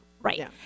Right